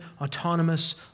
autonomous